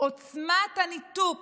עוצמת הניתוק